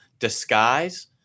disguise